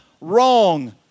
wrong